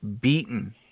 beaten